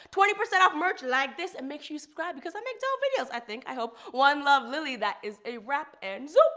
twenty percent off merch, like this? and make sure you subscribe because i make dope videos! i think, i hope. one love lilly, that is a wrap, and zoop!